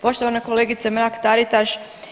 Poštovana kolegice Mrak-Taritaš.